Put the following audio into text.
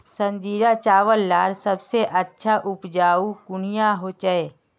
संजीरा चावल लार सबसे अच्छा उपजाऊ कुनियाँ होचए?